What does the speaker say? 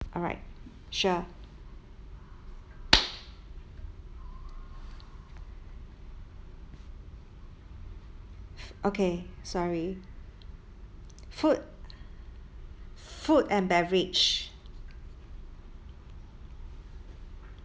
alright sure okay sorry food food and beverage